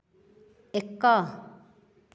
ଏକ